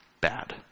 bad